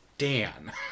Dan